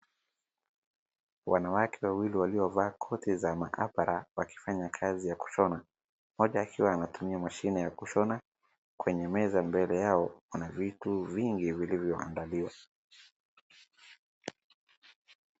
Wanawake wawili waliovaa koti za maabara wakifanya kazi ya kushona. Mmoja akiwa anatumia mashini ya kushona. Kwenye meza mbele yao kuna vitu vingi vilivyoandaliwa.